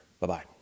Bye-bye